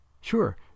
Sure